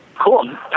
cool